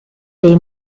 dei